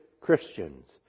Christians